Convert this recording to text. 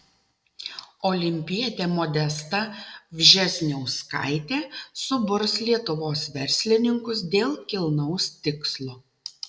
olimpietė modesta vžesniauskaitė suburs lietuvos verslininkus dėl kilnaus tikslo